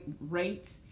rates